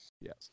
Yes